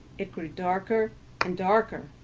it grew darker and darker,